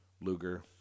Luger